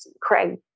Craig